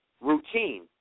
routine